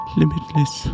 limitless